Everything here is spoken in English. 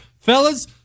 Fellas